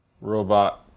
Robot